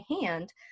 hand